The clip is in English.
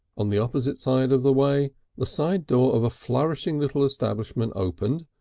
on the opposite side of the way the side door of a flourishing little establishment opened,